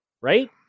right